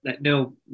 no